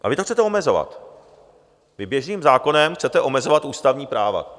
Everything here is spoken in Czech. A vy to chcete omezovat, vy běžným zákonem chcete omezovat ústavní práva.